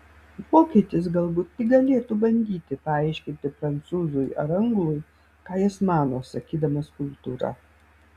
vokietis galbūt tik galėtų bandyti paaiškinti prancūzui ar anglui ką jis mano sakydamas kultūra